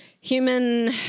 human